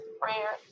prayer